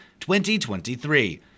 2023